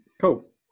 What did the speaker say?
cool